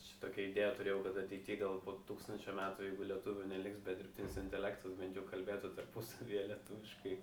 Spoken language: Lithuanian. šitokią idėją turėjau kad ateity gal po tūkstančio metų jeigu lietuvių neliks bet dirbtinis intelektas bent jau kalbėtų tarpusavyje lietuviškai